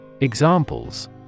Examples